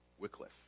Wycliffe